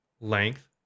length